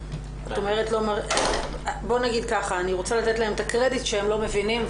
אני רוצה לתת להם את הקרדיט שהם לא מבינים,